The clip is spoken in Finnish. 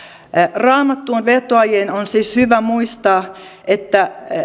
raamattuun vetoajien on siis hyvä muistaa että